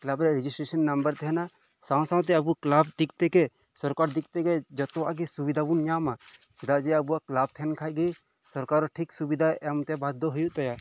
ᱠᱮᱞᱟᱯ ᱨᱮᱭᱟᱜ registration number ᱛᱟᱦᱮᱱᱟ ᱥᱟᱶ ᱥᱟᱶᱛᱮ ᱟᱵᱚ ᱠᱮᱞᱟᱯ ᱫᱤᱠ ᱛᱷᱮᱠᱮ ᱥᱚᱨᱠᱟᱨ ᱫᱤᱠ ᱛᱷᱮᱠᱮ ᱡᱷᱚᱛᱚᱣᱟᱜ ᱜᱮ ᱥᱩᱵᱤᱫᱷᱟ ᱵᱚᱱ ᱧᱟᱢᱟ ᱪᱮᱫᱟᱜ ᱡᱮ ᱟᱵᱚᱣᱟᱜ ᱠᱮᱞᱟᱯ ᱛᱟᱦᱮᱱ ᱠᱷᱟᱱ ᱜᱮ ᱥᱚᱨᱠᱟᱨ ᱦᱚᱸ ᱴᱷᱤᱠ ᱥᱩᱵᱤᱫᱷᱟᱭ ᱮᱢ ᱛᱮ ᱵᱟᱫᱽᱫᱷᱚ ᱦᱳᱭᱳᱜ ᱛᱟᱭᱟ